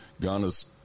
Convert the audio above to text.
Ghana's